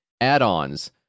Add-ons